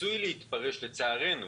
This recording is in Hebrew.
עשויה להתפרש לצערנו